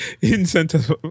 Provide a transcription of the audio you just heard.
incentive